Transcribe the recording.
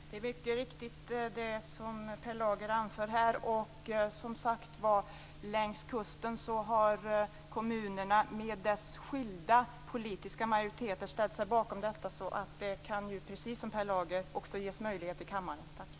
Fru talman! Det som Per Lager anför här är mycket viktigt. Kommunerna längs kusten, med sina skilda politiska majoriteter, har ställt sig bakom detta. Den möjligheten finns ju också här i kammaren, precis som Per Lager säger.